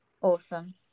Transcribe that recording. awesome